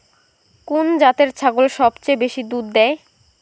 কুন জাতের ছাগল সবচেয়ে বেশি দুধ দেয়?